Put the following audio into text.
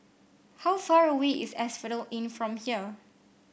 how far away is Asphodel Inn from here